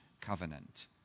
covenant